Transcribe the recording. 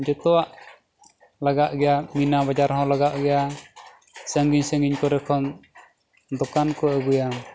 ᱡᱚᱛᱚᱣᱟᱜ ᱞᱟᱜᱟᱜ ᱜᱮᱭᱟ ᱢᱤᱱᱟ ᱵᱟᱡᱟᱨ ᱦᱚᱸ ᱞᱟᱜᱟᱜ ᱜᱮᱭᱟ ᱥᱟᱺᱜᱤᱧ ᱥᱟᱺᱜᱤᱧ ᱠᱚᱨᱮ ᱠᱷᱚᱱ ᱫᱚᱠᱟᱱ ᱠᱚ ᱟᱹᱜᱩᱭᱟ